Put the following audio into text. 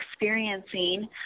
experiencing